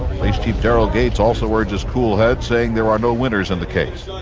police chief daryl gates also urges cool heads, saying there are no winners in the case.